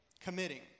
committing